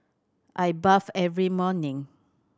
I bathe every morning